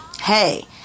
Hey